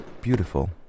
beautiful